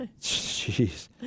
Jeez